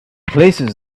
places